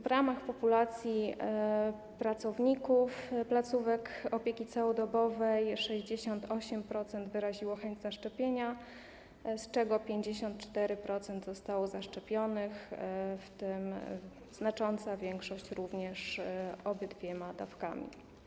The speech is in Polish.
W ramach populacji pracowników placówek opieki całodobowej 68% wyraziło chęć zaszczepienia, z czego 54% zostało zaszczepionych, w tym znacząca większość obydwiema dawkami.